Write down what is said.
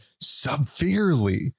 severely